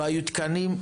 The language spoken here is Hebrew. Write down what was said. לא היו תקנים.